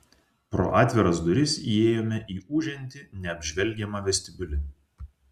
pro atviras duris įėjome į ūžiantį neapžvelgiamą vestibiulį